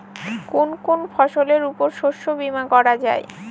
কোন কোন ফসলের উপর শস্য বীমা করা যায়?